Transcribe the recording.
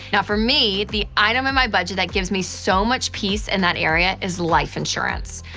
now, for me, the item in my budget that gives me so much peace in that area is life insurance.